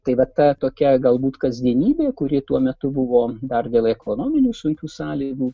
tai vat ta tokia galbūt kasdienybė kuri tuo metu buvo dar dėl ekonominių sunkių sąlygų